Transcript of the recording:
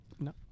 No